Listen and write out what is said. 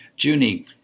Junie